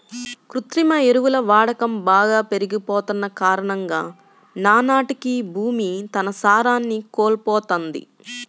కృత్రిమ ఎరువుల వాడకం బాగా పెరిగిపోతన్న కారణంగా నానాటికీ భూమి తన సారాన్ని కోల్పోతంది